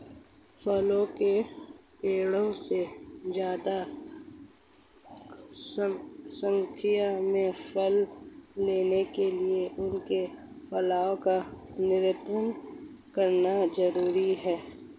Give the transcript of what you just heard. फलों के पेड़ों से ज्यादा संख्या में फल लेने के लिए उनके फैलाव को नयन्त्रित करना जरुरी है